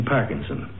Parkinson